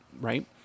right